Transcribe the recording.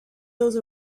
those